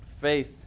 faith